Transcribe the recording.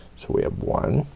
so we have one